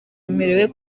bemerewe